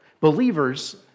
Believers